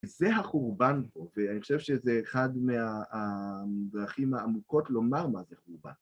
זה החורבן פה, ואני חושב שזה אחד מהדרכים העמוקות לומר מה זה חורבן.